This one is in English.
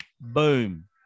boom